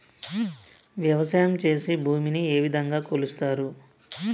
వ్యవసాయం చేసి భూమిని ఏ విధంగా కొలుస్తారు?